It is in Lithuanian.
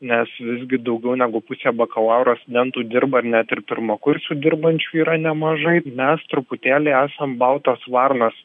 nes visgi daugiau negu pusė bakalauro studentų dirba ir net ir pirmakursių dirbančių yra nemažai mes truputėlį esam baltos varnos